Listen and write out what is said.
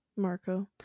marco